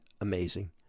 amazing